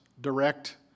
direct